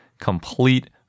complete